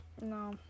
No